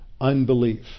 unbelief